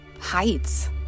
heights